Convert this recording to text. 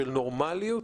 של נורמאליות,